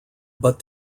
but